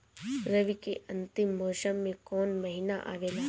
रवी के अंतिम मौसम में कौन महीना आवेला?